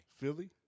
Philly